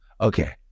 Okay